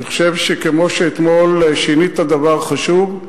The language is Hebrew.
אני חושב שכמו שאתמול שינית דבר חשוב,